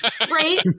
Great